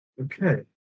Okay